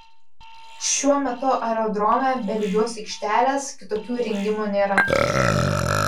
šiuo metu aerodrome be lygios aikštelės kitokių įrengimų nėra